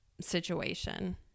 situation